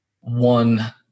one